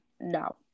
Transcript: no